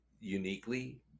uniquely